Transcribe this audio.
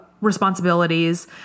responsibilities